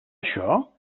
això